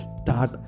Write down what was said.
start